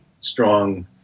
strong